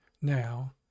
now